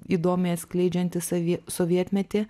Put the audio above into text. įdomiai atskleidžianti savie sovietmetį